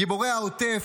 גיבורי העוטף,